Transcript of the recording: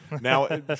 Now